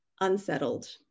unsettled